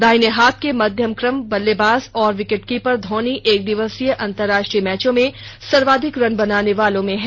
दाहिने हाथ के मध्यमक्रम बल्लेबाज और विकेट कीपर धौनी एक दिवसीय अंतर्राष्ट्रीय मैचों में सर्वाधिक रन बनाने वालों में हैं